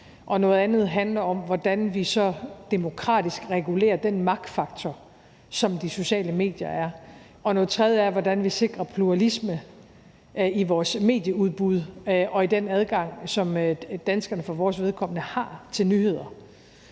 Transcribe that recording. noget andet handler om, hvordan vi så demokratisk regulerer den magtfaktor, som de sociale medier er, og noget tredje er, hvordan vi sikrer pluralisme i vores medieudbud og i den adgang, som vi som danskere for vores vedkommende har til nyheder.